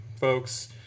folks